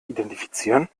identifizieren